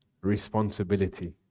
Responsibility